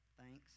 Thanks